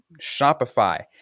Shopify